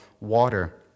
water